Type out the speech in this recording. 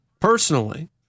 Personally